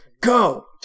Go